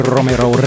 Romero